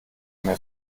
mir